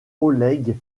oleg